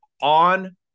on